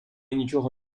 нічого